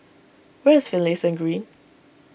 where is Finlayson Green